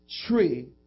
tree